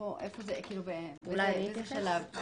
איפה זה, באיזה שלב?